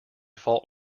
fault